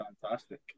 Fantastic